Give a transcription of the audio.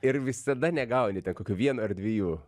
ir visada negauni ten kokio vieno ar dviejų